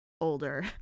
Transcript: Older